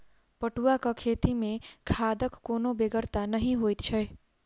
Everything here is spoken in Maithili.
पटुआक खेती मे खादक कोनो बेगरता नहि जोइत छै